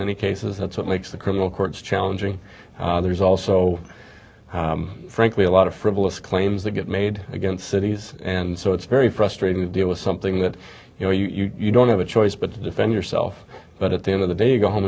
many cases that's what makes the criminal courts challenging there's also frankly a lot of frivolous claims that get made against cities and so it's very frustrating to deal with something that you know you don't have a choice but to defend yourself but at the end of the day you go home